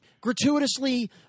gratuitously